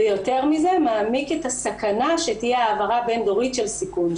ויותר בזה מעמיק את הסכנה שתהיה העברה בין דורית של סיכון,